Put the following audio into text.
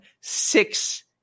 six